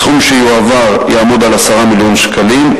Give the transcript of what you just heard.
הסכום שיועבר יהיה 10 מיליון שקלים.